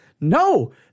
no